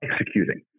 executing